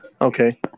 Okay